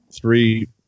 three